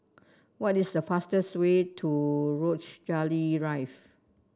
what is the fastest way to Rochalie